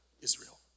Israel